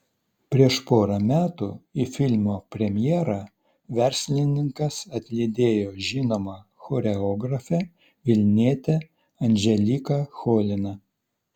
prieš porą metų į filmo premjerą verslininkas atlydėjo žinomą choreografę vilnietę anželiką choliną